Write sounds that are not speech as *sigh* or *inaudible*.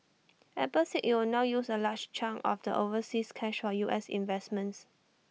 *noise* Apple said IT will now use A large chunk of the overseas cash for U S investments